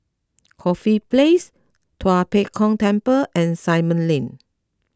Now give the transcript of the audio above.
Corfe Place Tua Pek Kong Temple and Simon Lane